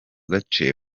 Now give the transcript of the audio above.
gace